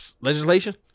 legislation